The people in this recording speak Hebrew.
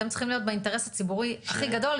אתם צריכים להיות באינטרס הציבורי הכי גדול,